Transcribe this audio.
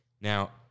Now